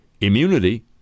immunity